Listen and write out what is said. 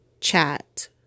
chat